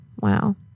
Wow